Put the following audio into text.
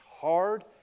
hard